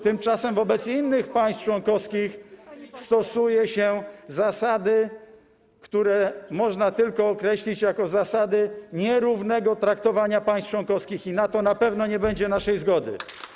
Tymczasem wobec innych państw członkowskich stosuje się zasady, które można określić tylko jako zasady nierównego traktowania państw członkowskich, i na to na pewno nie będzie naszej zgody.